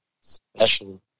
special